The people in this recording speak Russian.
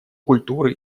культуры